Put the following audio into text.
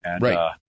Right